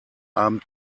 abend